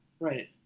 Right